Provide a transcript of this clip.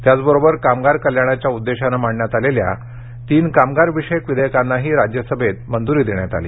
त्याचबरोबर कामगार कल्याणाच्या उद्देशानं मांडण्यात आलेल्या तीन कामगार विषयक विधेयकांनाही राज्यसभेत मंजूरी देण्यात आली